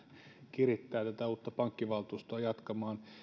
kirittää tätä uutta pankkivaltuustoa jatkamaan